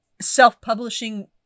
self-publishing